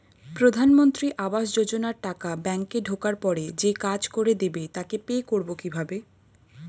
প্রধানমন্ত্রী আবাস যোজনার টাকা ব্যাংকে ঢোকার পরে যে কাজ করে দেবে তাকে পে করব কিভাবে?